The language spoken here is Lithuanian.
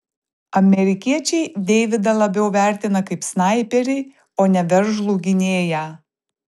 amerikiečiai deividą labiau vertina kaip snaiperį o ne veržlų gynėją